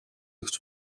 өгч